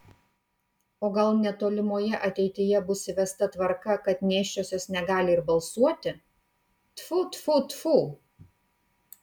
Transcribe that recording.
o gal netolimoje ateityje bus įvesta tvarka kad nėščiosios negali ir balsuoti tfu tfu tfu